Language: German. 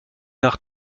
nach